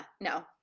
no